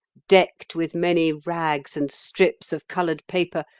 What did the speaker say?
decked with many rags and strips of coloured paper,